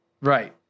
Right